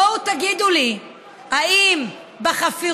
בואו תגידו לי אם בחפירות